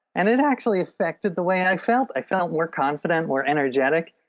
and it actually affected the way i felt, i felt more confident, more energetic,